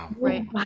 Right